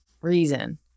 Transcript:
reason